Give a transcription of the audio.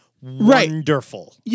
wonderful